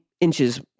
inches